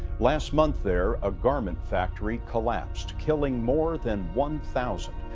last month there, a garment factory collapsed, killing more than one thousand,